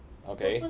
okay